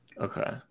Okay